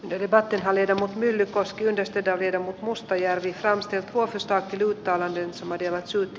utelivat haljeta myllykoski yhdistetään riitä mustajärvi frogs tepposesta kiduttavan liisa mäkelä syytti